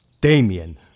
Damien